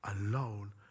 alone